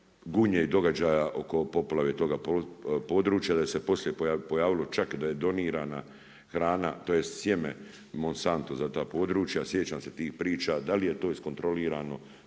Gunje i događaja oko poplave toga područja da se poslije pojavilo, čak i da je donirana hrana, tj. sjeme Monsanto za ta područja. Sjećam se tih priča, da li je to iskontrolirano,